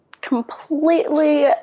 completely